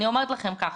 אני אומרת לכם ככה,